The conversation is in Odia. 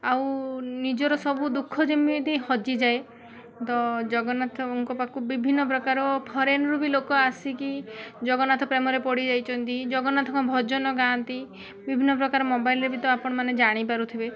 ଆଉ ନିଜର ସବୁ ଦୁଖଃ ଯେମିତି ହଜିଯାଏ ତ ଜଗନ୍ନାଥଙ୍କ ପାଖକୁ ବି ବିଭିନ୍ନ ପ୍ରକାର ଫରେନ୍ରୁ ବି ଲୋକ ଆସିକି ଜଗନ୍ନାଥ ପ୍ରେମରେ ପଡ଼ି ଯାଇଛନ୍ତି ଜଗନ୍ନାଥଙ୍କ ଭଜନ ଗାଆନ୍ତି ବିଭିନ୍ନ ପ୍ରକାର ମୋବାଇଲ୍ରେ ବି ତ ଆପଣମାନେ ଜାଣିପାରୁଥିବେ